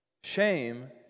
Shame